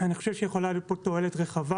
אני חושב שיכולה להיות פה תועלת רחבה